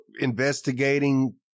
investigating